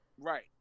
Right